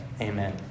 Amen